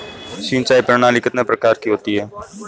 सिंचाई प्रणाली कितने प्रकार की होती है?